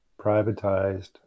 privatized